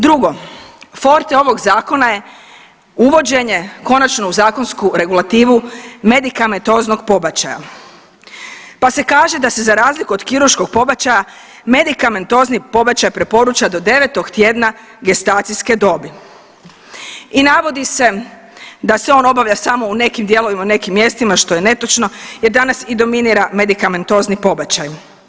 Drugo, forte ovog zakona je uvođenje konačno u zakonsku regulativu medikamentoznog pobačaja, pa se kaže da se za razliku od kirurškog pobačaja medikamentozni pobačaj preporuča do 9 tjedna gestacijske dobi i navodi se da se on obavlja samo u nekim dijelovima, nekim mjestima što je netočno jer danas i dominira medikamentozni pobačaj.